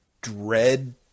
dread